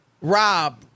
Rob